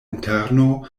interno